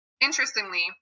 Interestingly